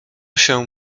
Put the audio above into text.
się